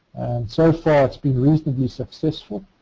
so far it's been reasonably successful.